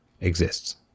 exists